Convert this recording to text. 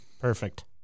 Perfect